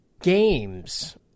games